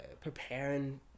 preparing